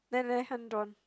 then they hand drawn